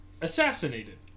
assassinated